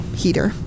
heater